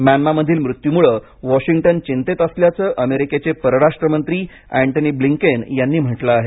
म्यान्मामधील मृत्यूमुळे वॉशिंग्टन चिंतेत असल्याचं अमेरिकेचे परराष्ट्र मंत्री अँटनी ब्लीन्केन यांनी म्हटलं आहे